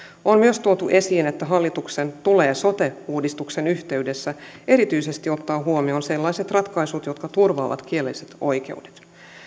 on myös tuotu esiin että hallituksen tulee sote uudistuksen yhteydessä erityisesti ottaa huomioon sellaiset ratkaisut jotka turvaavat kielelliset oikeudet